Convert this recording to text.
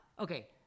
Okay